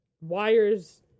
wires